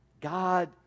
God